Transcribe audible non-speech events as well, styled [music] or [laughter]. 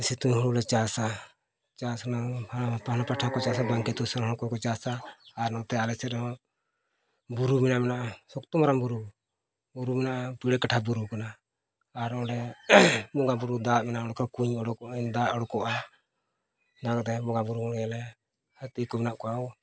ᱥᱤᱛᱩᱝ ᱦᱩᱲᱩᱞᱮ ᱪᱟᱥᱟ ᱪᱟᱥ ᱨᱮᱱᱟᱜ [unintelligible] ᱦᱚᱲ ᱠᱚᱠᱚ ᱪᱟᱥᱟ ᱟᱨ ᱱᱚᱛᱮ ᱟᱞᱮᱥᱮᱫ ᱨᱮᱦᱚᱸ ᱵᱩᱨᱩ [unintelligible] ᱢᱮᱱᱟᱜᱼᱟ ᱥᱚᱠᱛᱚ ᱢᱟᱨᱟᱝ ᱵᱩᱨᱩ ᱵᱩᱨᱩ ᱢᱮᱱᱟᱜᱼᱟ ᱯᱤᱲᱟᱹ ᱠᱟᱴᱷᱟ ᱵᱩᱨᱩ ᱠᱟᱱᱟ ᱟᱨ ᱚᱸᱰᱮ ᱵᱚᱸᱜᱟᱼᱵᱩᱨᱩ ᱫᱟᱜ ᱢᱮᱱᱟᱜᱼᱟ ᱚᱱᱠᱟ ᱠᱩᱸᱧ [unintelligible] ᱫᱟᱜ ᱩᱰᱩᱠᱚᱜᱼᱟ ᱚᱱᱟ ᱠᱚ ᱛᱟᱭᱚᱢ ᱵᱚᱸᱜᱟᱼᱵᱩᱨᱩ [unintelligible] ᱦᱟᱹᱛᱤ ᱠᱚ ᱢᱮᱱᱟᱜ ᱠᱚᱣᱟ